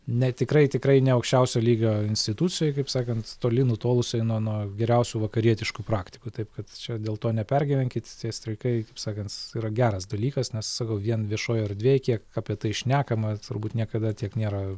ne tikrai tikrai ne aukščiausio lygio institucijoj kaip sakant toli nutolusioj nuo nuo geriausių vakarietiškų praktikų taip kad čia dėl to nepergyvenkit tie streikai kaip sakant yra geras dalykas nes sakau vien viešoj erdvėj kiek apie tai šnekama turbūt niekada tiek nėra